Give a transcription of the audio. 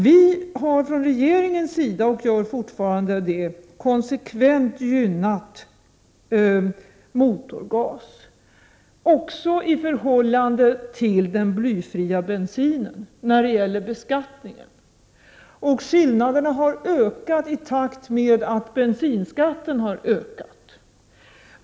Vi har från regeringens sida konsekvent gynnat, och det gör vi fortfarande, motorgas även i förhållande till den blyfria bensinen när det gäller beskattningen. Skillnaderna har ökat i takt med att bensinskatten har ökat.